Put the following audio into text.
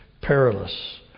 perilous